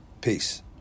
Peace